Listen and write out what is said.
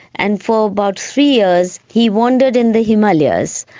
and for about three years he wandered in the himalayas.